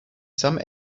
some